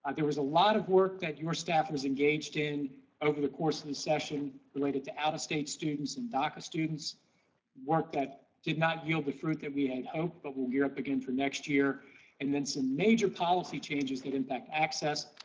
there was a lot of work that your staff is engaged in the course of the session related to out-of-state students and daca students work that did not yield the fruit that we had hoped, but will gear up again for next year and then some major policy changes that impact access,